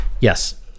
yes